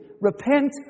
Repent